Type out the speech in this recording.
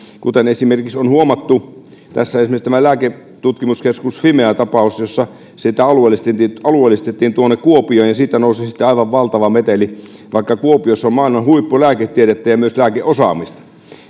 kuten on huomattu esimerkiksi lääketutkimuskeskus fimean tapauksessa jossa sitä alueellistettiin kuopioon ja siitä nousi sitten aivan valtava meteli vaikka kuopiossa on maailman huippulääketiedettä ja myös lääkeosaamista